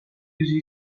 yüz